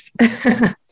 yes